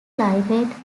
climate